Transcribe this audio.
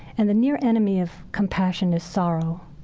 and the near enemy of compassion is sorrow.